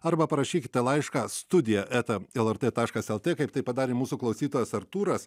arba parašykite laišką studija eta lrt taškas lt kaip tai padarė mūsų klausytojas artūras